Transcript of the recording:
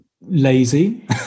lazy